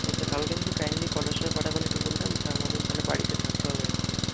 আচ্ছা কালকে তালে কাইন্ডলি কটার সময় পাঠাবেন একটু বলবেন তার মতন তাহলে বাড়িতে থাকতে হবে আর কি